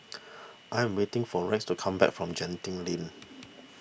I am waiting for Rex to come back from Genting Link